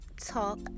Talk